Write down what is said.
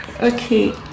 Okay